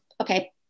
okay